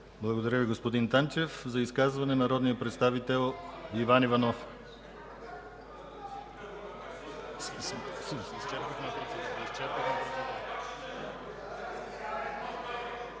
Благодаря Ви, господин Танчев. За изказване народният представител Иван Иванов.